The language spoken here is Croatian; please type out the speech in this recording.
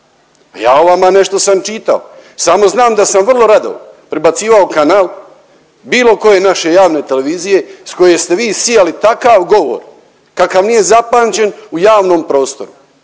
Ja o vama nešto sam čitao. Samo znam da sam vrlo rado prebacivao kanal bilo koje naše javne televizije s koje ste vi sijali takav govor kakav nije zapamćen u javnom prostoru.